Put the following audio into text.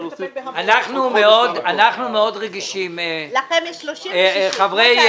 אנחנו מאוד רגישים, חברי